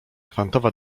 kwantowa